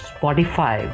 Spotify